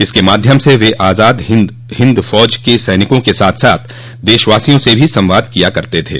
इसके माध्यम से वे आजाद हिंद फौज के सैनिकों के साथ साथ देशवासियों से भी संवाद किया करते थे